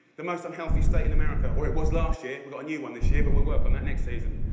the most unhealthy state in america. or it was last year. we've got a new one this year, but we'll work on that next season.